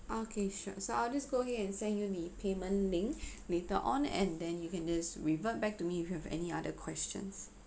okay sure so I'll just go ahead and send you the payment link later on and then you can just revert back to me if you have any other questions